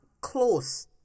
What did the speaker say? close